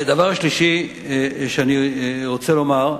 דבר שלישי שאני רוצה לומר,